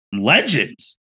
legends